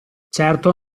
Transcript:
certo